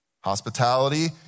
Hospitality